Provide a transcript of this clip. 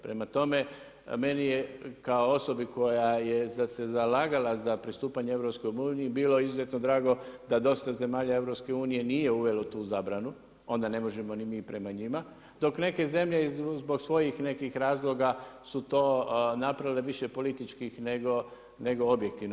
Prema tome, meni je kao osobi koja se zalagala za pristupanje EU, bilo izuzetno drago, da dosta zemalja EU nije uvelo tu zabranu, onda ne možemo ni mi prema njima, dok neke zemlje, zbog svojih nekih razloga, su to napravile više političkih nego objektivno.